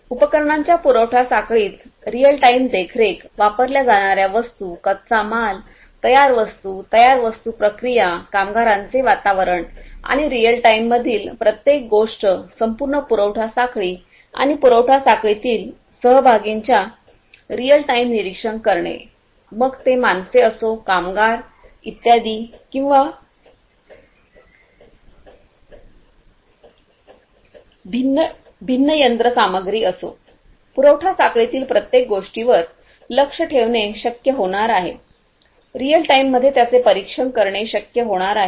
उपकरणांच्या पुरवठा साखळीत रियल टाइम देखरेखवापरल्या जाणाऱ्या वस्तू कच्चा माल तयार वस्तू तयार वस्तू प्रक्रिया कामगारांचे वातावरण रिअल टाईममधील प्रत्येक गोष्ट संपूर्ण पुरवठा साखळी आणि पुरवठा साखळीतील सहभागींच्या रिअल टाइम निरीक्षण करणे मग ते माणसे असो कामगार इत्यादी किंवा भिन्न यंत्रसामग्री असो पुरवठा साखळीतील प्रत्येक गोष्टीवर लक्ष ठेवणे शक्य होणार आहे रिअल टाइममध्ये त्यांचे परीक्षण करणे शक्य होणार आहे